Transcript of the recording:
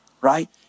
right